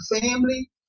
family